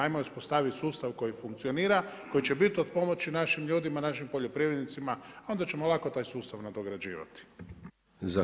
Ajmo uspostaviti sustav koji funkcionira, koji će bit od pomoći našim ljudima, našim poljoprivrednicima, a onda ćemo lako taj sustav nadograđivati.